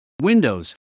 windows